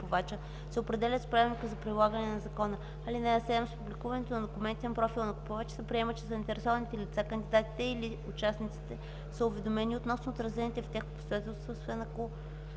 Закона. (7) С публикуването на документите на профила на купувача се приема, че заинтересованите лица, кандидатите и/или участниците са уведомени относно отразените в тях обстоятелства, освен ако